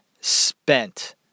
Spent